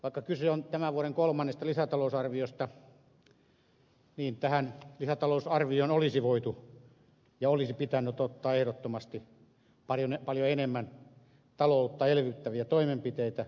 vaikka kyse on tämän vuoden kolmannesta lisätalousarviosta niin tähän lisätalousarvioon olisi voitu ja olisi pitänyt ottaa ehdottomasti paljon enemmän taloutta elvyttäviä toimenpiteitä